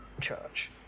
church